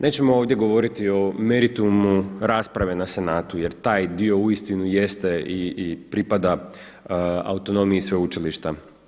Nećemo ovdje govoriti o meritumu rasprave na Senatu, jer taj dio uistinu jeste i pripada autonomiji sveučilišta.